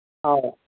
ꯑꯧ